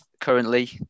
currently